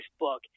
Facebook